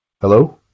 Hello